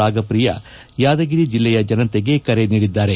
ರಾಗಪ್ರಿಯ ಯಾದಗಿರಿ ಜಿಲ್ಲೆಯ ಜನತೆಗೆ ಕರೆ ನೀಡಿದ್ದಾರೆ